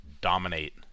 dominate